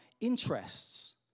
interests